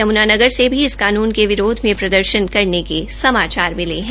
यमुनानगर से भी इस कानून के विरोध मे प्रदर्शन के समाचार मिले है